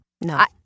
No